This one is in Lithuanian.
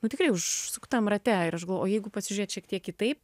nu tikrai užsuktam rate o jeigu pasižiūrėti šiek tiek kitaip